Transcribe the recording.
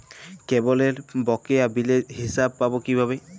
কেবলের বকেয়া বিলের হিসাব পাব কিভাবে?